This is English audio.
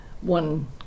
one